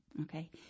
okay